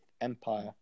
Empire